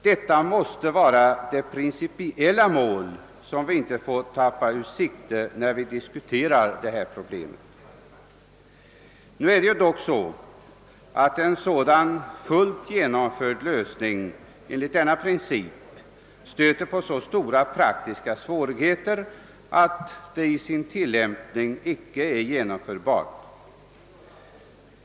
Detta måste vara det principiella mål, som vi inte får tappa ur sikte när vi diskuterar detta problem. En lösning helt enligt tidigare angiven princip stöter emellertid på så stora svårigheter att den icke är möjlig att praktiskt genomföra.